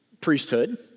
priesthood